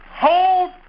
Hold